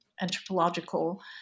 anthropological